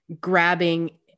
grabbing